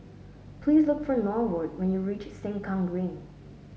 please look for Norwood when you reach Sengkang Green